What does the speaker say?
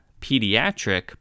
pediatric